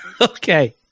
Okay